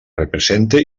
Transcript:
represente